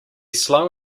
slow